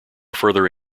further